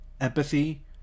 empathy